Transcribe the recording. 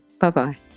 Bye-bye